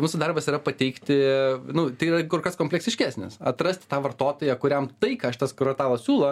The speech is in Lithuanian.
mūsų darbas yra pateikti nu tai yra kur kas kompleksiškesnis atrasti tą vartotoją kuriam tai ką šitas kvartalas siūlo